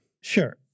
Sure